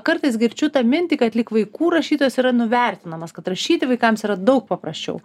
kartais girdžiu tą mintį kad lyg vaikų rašytojas yra nuvertinamas kad rašyti vaikams yra daug paprasčiau